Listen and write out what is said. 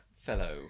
fellow